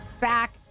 back